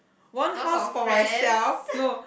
one house for myself no